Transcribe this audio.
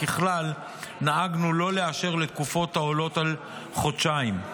ככלל נהגנו לא לאשר לתקופות העולות על חודשיים.